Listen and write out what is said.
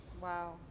Wow